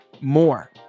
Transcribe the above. more